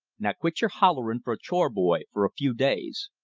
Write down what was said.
now quit your hollerin' for a chore-boy for a few days.